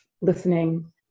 listening